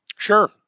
Sure